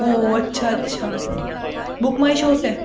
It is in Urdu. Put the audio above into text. او اچھا اچھا بکمائیشوور سے ہے